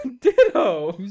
Ditto